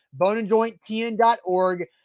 boneandjointtn.org